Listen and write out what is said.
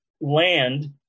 land